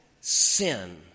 sin